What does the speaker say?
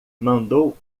mandou